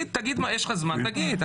יש לך זמן, תגיד.